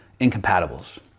incompatibles